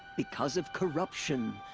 because of corruption.